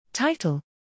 Title